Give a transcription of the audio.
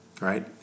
right